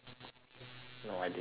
no I didn't I